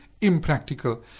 impractical